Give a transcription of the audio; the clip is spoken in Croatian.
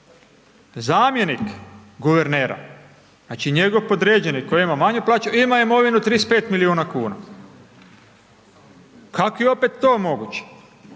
zamjenik guvernera, znači, njegov podređeni koji ima manju plaću, ima imovinu 35 milijuna kuna, kako je to opet moguće?